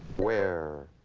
where.